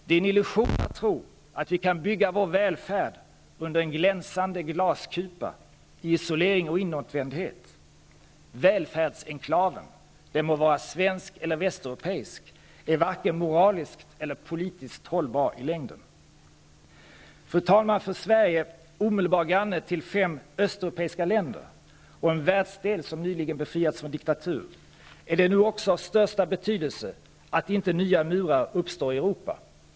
Det är en illusion att tro att vi kan bygga vår välfärd under en glänsande glaskupa, i isolering och inåtvändhet. Välfärdsenklaven, den må vara svensk eller västeuropeisk, är varken moraliskt eller politiskt hållbar i längden. Fru talman! För Sverige, omedelbar granne tilll fem östeuropeiska länder och en världsdel som nyligen befriats från diktatur, är det nu också av största betydelse att inte nya murar uppstår i Europa.